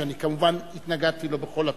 שאני כמובן התנגדתי לו בכל התוקף,